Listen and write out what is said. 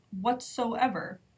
whatsoever